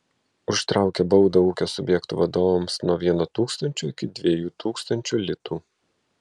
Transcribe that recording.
užtraukia baudą ūkio subjektų vadovams nuo vieno tūkstančio iki dviejų tūkstančių litų